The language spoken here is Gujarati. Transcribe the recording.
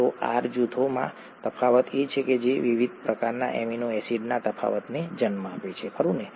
તો R જૂથોમાં તફાવત એ છે જે વિવિધ પ્રકારના એમિનો એસિડમાં તફાવતને જન્મ આપે છે ખરું ને